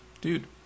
dude